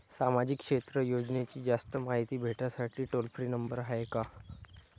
सामाजिक क्षेत्र योजनेची जास्त मायती भेटासाठी टोल फ्री नंबर हाय का?